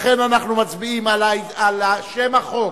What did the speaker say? לכן אנחנו מצביעים על שם החוק